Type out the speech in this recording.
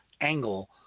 angle